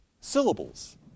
syllables